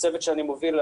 הצוות שאני מוביל,